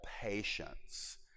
patience